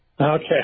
Okay